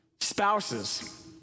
spouses